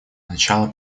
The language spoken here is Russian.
начала